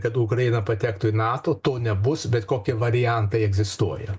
kad ukraina patektų į nato to nebus bet kokie variantai egzistuoja